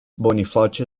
boniface